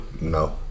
no